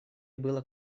было